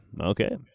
okay